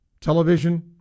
television